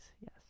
yes